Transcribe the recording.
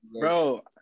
Bro